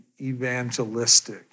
evangelistic